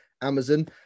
amazon